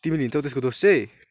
तिमीले लिन्छौ त्यसको दोष चाहिँ